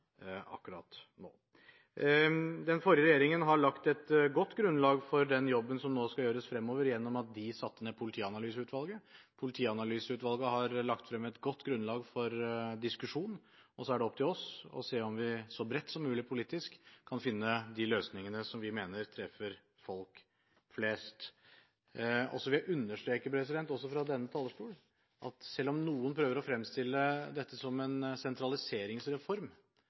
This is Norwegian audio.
akkurat nå. Den forrige regjeringen har lagt et godt grunnlag for den jobben som nå skal gjøres fremover, gjennom at den satte ned politianalyseutvalget. Politianalyseutvalget har lagt frem er godt grunnlag for diskusjon, og så er det opp til oss å se om vi – så bredt som mulig politisk – kan finne de løsningene som vi mener treffer folk flest. Så vil jeg understreke – også fra denne talerstol – at selv om noen prøver å fremstille dette som en sentraliseringsreform,